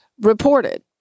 reported